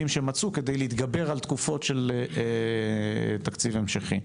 שהם מצאו כדי להתגבר על תקופות של תקציב המשכי.